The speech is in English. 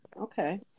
Okay